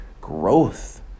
growth